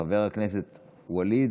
חבר הכנסת יצחק